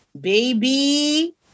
Baby